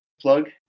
plug